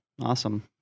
Awesome